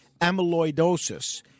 amyloidosis